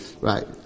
Right